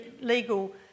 legal